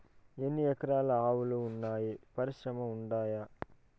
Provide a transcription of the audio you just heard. ఎన్ని రకాలు ఆవులు వున్నాయి పరిశ్రమలు ఉండాయా?